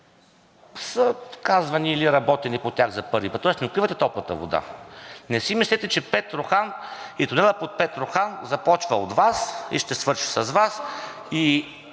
са казвани или е работено по тях за първи път, тоест не откривате топлата вода. Не си мислете, че Петрохан и тунелът под Петрохан започва от Вас и ще свърши с Вас